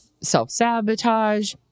self-sabotage